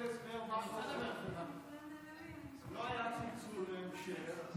לא היה צלצול להמשך.